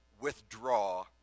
withdraw